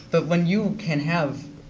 but when you can have